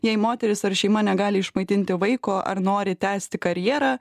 jei moteris ar šeima negali išmaitinti vaiko ar nori tęsti karjerą